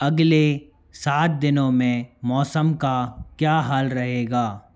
अगले सात दिनों में मौसम का क्या हाल रहेगा